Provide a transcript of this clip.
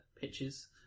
pitches